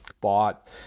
bought